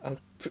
err